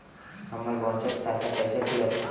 हमर बचत खाता कैसे खुलत?